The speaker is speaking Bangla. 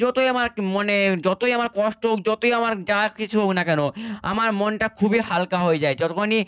যতই আমার মনে যতই আমার কষ্ট হোক যতই আমার যা কিছু হোক না কেন আমার মনটা খুবই হালকা হয়ে যায় যতখানি